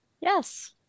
Yes